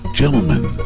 gentlemen